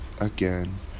again